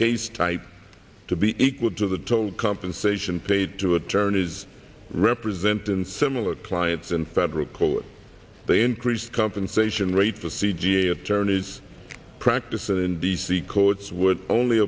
case type to be equal to the total compensation paid to attorneys representing similar clients in federal court they increased compensation rate for c g attorneys practice and in b c courts would only